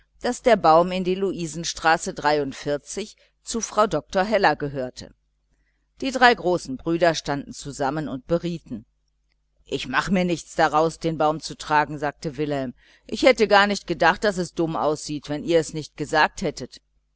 daß der baum in die luisenstraße zu frau dr heller gehörte die drei großen brüder standen beisammen und berieten ich mache mir nichts daraus den baum zu tragen sagte wilhelm ich hätte gar nicht gedacht daß es dumm aussieht wenn ihr es nicht gesagt hättet